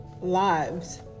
lives